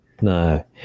No